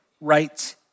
right